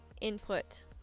input